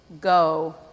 Go